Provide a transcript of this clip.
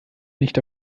nicht